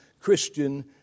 Christian